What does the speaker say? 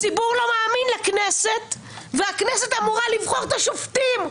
הציבור לא מאמין לכנסת והכנסת אמורה לבחור את השופטים.